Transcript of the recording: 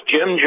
Jim